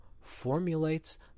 formulates